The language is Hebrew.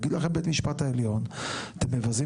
יגיד לכם בית המשפט העליון אתם מבזים